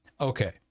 okay